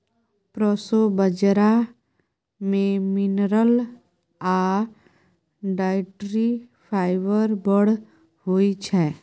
proso बजरा मे mineral आ डाइटरी फाइबर बड़ होइ छै